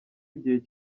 igihe